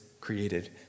created